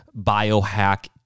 biohack